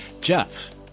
Jeff